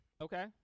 Okay